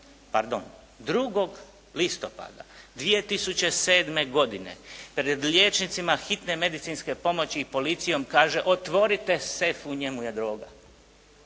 pardon 2. listopada 2007. godine pred liječnicima hitne medicinske pomoći i policijom kaže otvorite sef, u njemu je droga